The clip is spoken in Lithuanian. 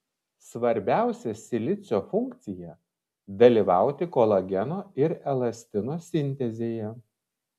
svarbiausia silicio funkcija dalyvauti kolageno ir elastino sintezėje